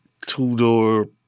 two-door